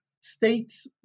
states